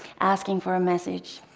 asking for a message,